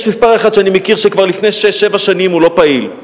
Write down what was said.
יש מספר אחד שאני מכיר שכבר לפני שש-שבע שנים הוא לא פעיל.